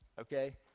okay